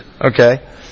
Okay